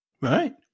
right